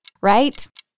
right